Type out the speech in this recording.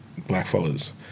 blackfellas